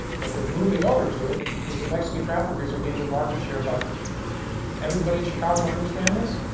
but they're moving over to it because the mexican traffickers are gaining market share by everybody in chicago understand this?